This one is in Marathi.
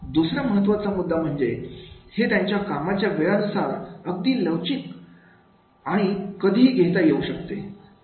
दुसरा महत्त्वाचा मुद्दा म्हणजे हे त्यांच्या कामाच्या वेळा नुसार अगदी लवचिकपणे कधी ही घेता येऊ शकते